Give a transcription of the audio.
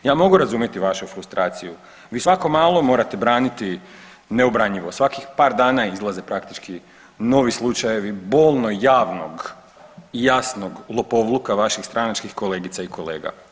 Ja mogu razumjeti vašu frustraciju, vi svako malo morate braniti neobranjivo, svakih par dana izlaze praktički novi slučajevi bolnog javnog i jasnog lopovluka vaših stranačkih kolegica i kolega.